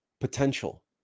potential